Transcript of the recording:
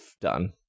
done